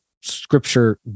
scripture